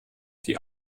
die